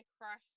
crush